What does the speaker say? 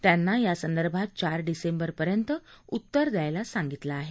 त्यांना या संदर्भात चार डिसेंबर पर्यंत उत्तर द्यायला सांगितलं आहे